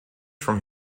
from